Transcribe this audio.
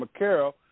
McCarroll